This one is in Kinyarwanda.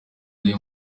yari